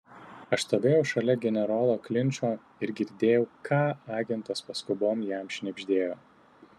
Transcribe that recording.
aš stovėjau šalia generolo klinčo ir girdėjau ką agentas paskubom jam šnibždėjo